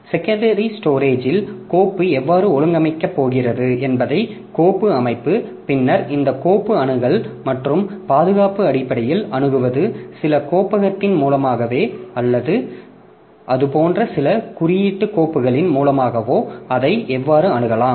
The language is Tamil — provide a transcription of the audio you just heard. செகண்டரி ஸ்டோரேஜில் கோப்பு எவ்வாறு ஒழுங்கமைக்கப் போகிறது என்பதை கோப்பு அமைப்பு பின்னர் இந்த கோப்பு அணுகல் மற்றும் பாதுகாப்பு அடிப்படையில் அணுகுவது சில கோப்பகத்தின் மூலமாகவோ அல்லது அது போன்ற சில குறியீட்டு கோப்புகளின் மூலமாகவோ அதை எவ்வாறு அணுகலாம்